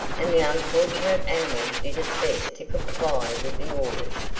and the unfortunate animal did its best to comply with the orders,